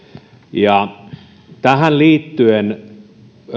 ja tähän liittyen